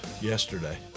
yesterday